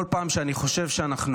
כל פעם שאני חושב שאנחנו